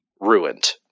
Ruined